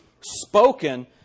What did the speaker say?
spoken